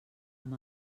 amb